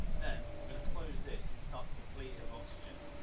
then we're gonna close this and start to deplete it of oxygen.